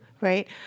right